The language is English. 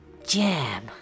Jam